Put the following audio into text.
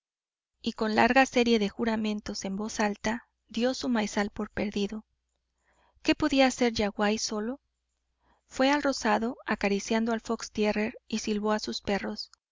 y con larga serie de juramentos en voz alta dió su maizal por perdido qué podía hacer yaguaí solo fué al rozado acariciando al fox terrier y silbó a sus perros